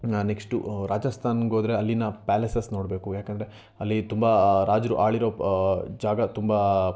ನಾನು ನೆಕ್ಸ್ಟು ರಾಜಸ್ಥಾನ್ಗೋದ್ರೆ ಅಲ್ಲಿನ ಪ್ಯಾಲಸಸ್ ನೋಡಬೇಕು ಯಾಕಂದರೆ ಅಲ್ಲಿ ತುಂಬ ರಾಜರು ಆಳಿರೋ ಜಾಗ ತುಂಬ